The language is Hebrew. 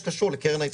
איריס כהן,